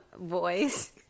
voice